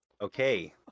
Okay